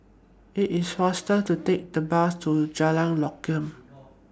IT IS faster to Take The Bus to Jalan Lokam